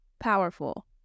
powerful